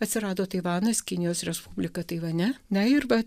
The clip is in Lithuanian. atsirado taivanas kinijos respublika taivane na ir va